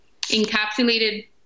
encapsulated